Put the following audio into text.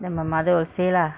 then my mother will say lah